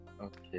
okay